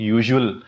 usual